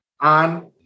on